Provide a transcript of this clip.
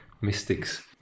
mystics